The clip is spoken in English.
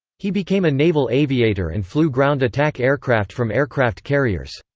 he became a naval aviator and flew ground-attack aircraft from aircraft carriers.